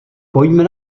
pojďme